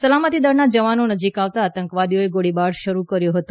સલામતી દળના જવાનો નજીક આવતા આતંકવાદીઓએ ગોળીબાર શરૂ કર્યો હતો